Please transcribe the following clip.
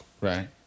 Right